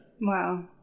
Wow